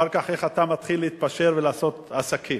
אחר כך איך אתה מתחיל להתפשר ולעשות עסקים.